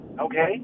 Okay